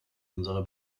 unserer